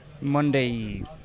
Monday